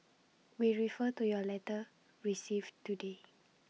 we refer to your letter received today